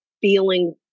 feeling